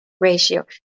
ratio